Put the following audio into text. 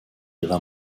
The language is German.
ihrer